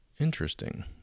Interesting